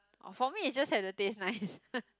orh for me it just had to taste nice